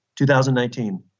2019